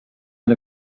out